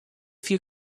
few